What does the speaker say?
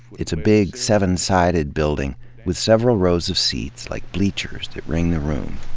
it's a big, seven-sided building with several rows of seats, like bleachers, that ring the room.